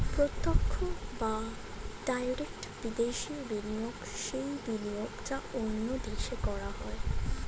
প্রত্যক্ষ বা ডাইরেক্ট বিদেশি বিনিয়োগ সেই বিনিয়োগ যা অন্য দেশে করা হয়